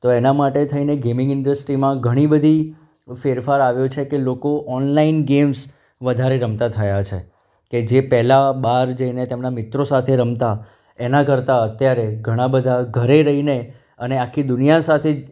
તો એના માટે થઈને ગેમિંગ ઇન્ડસ્ટ્રીમાં ઘણી બધી ફેરફાર આવ્યો છે કે લોકો ઓનલાઈન ગેમ્સ વધારે રમતા થયા છે કે જે પહેલાં બહાર જઈને તેમના મિત્રો સાથે રમતા એના કરતાં અત્યારે ઘણા બધા ઘરે રહીને અને આખી દુનિયા સાથે